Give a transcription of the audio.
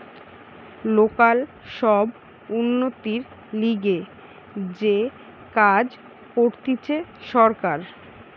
local সব উন্নতির লিগে যে কাজ করতিছে সরকার